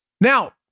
Now